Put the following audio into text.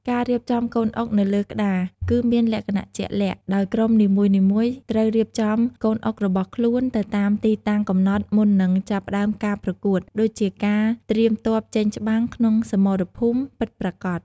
ការរៀបចំកូនអុកនៅលើក្តារគឺមានលក្ខណៈជាក់លាក់ ដោយក្រុមនីមួយៗត្រូវរៀបចំកូនអុករបស់ខ្លួនទៅតាមទីតាំងកំណត់មុននឹងចាប់ផ្តើមការប្រកួត ដូចជាការត្រៀមទ័ពចេញច្បាំងក្នុងសមរភូមិពិតប្រាកដ។